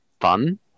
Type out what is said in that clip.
fun